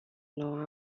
noua